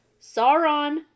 Sauron